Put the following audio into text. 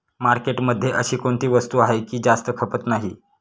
मार्केटमध्ये अशी कोणती वस्तू आहे की जास्त खपत नाही?